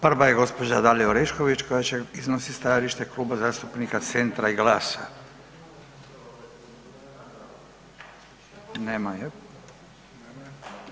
Prva je gđa. Dalija Orešković koja će iznositi stajalište Kluba zastupnika Centra i GLAS-a.